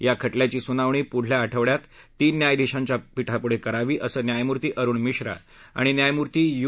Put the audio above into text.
या खटल्याची सुनावणी पुढल्या आठवड्यात तीन न्यायाधिशांच्या पीठापुढे करावी असं न्यायमूर्ती अरुण मिश्रा आणि न्यायमूर्ती यू